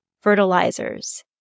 fertilizers